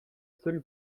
seule